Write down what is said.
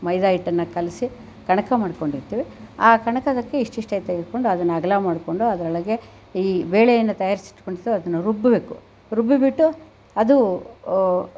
ಮೈದಾ ಹಿಟ್ಟನ್ನು ಕಲಿಸಿ ಕಣಕ ಮಾಡಿಕೊಂಡಿರ್ತೀವಿ ಆ ಕಣಕಕ್ಕೆ ಇಷ್ಟು ಇಷ್ಟಂತ ಇಟ್ಟುಕೊಂಡು ಅದನ್ನು ಅಗಲ ಮಾಡಿಕೊಂಡು ಅದರೊಳಗೆ ಈ ಬೇಳೆಯನ್ನು ತಯಾರಿಸಿಟ್ಕೊಂಡಿರ್ತೀವಿ ಅದನ್ನು ರುಬ್ಬಬೇಕು ರುಬ್ಬಿಬಿಟ್ಟು ಅದು